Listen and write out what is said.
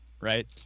right